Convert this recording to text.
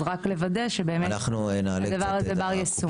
לכן צריך לוודא שהדבר הזה בר יישום.